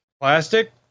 plastic